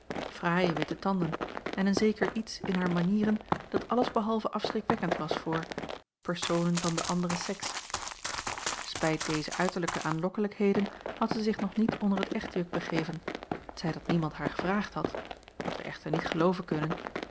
fraaie witte tanden en een zeker iets in haar manieren dat alles behalve afschrikwekkend was voor personen van de andere sekse spijt deze uiterlijke aanlokkelijkheden had zij zich nog niet onder t echtjuk begeven t zij dat niemand haar gevraagd had wat wij echter niet gelooven kunnen